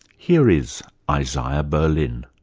here is isaiah berlin.